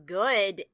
good